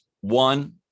One